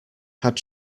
had